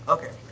Okay